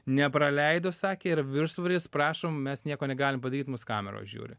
nepraleido sakė yra viršsvoris prašom mes nieko negalim padaryt mus kameros žiūri